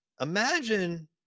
Imagine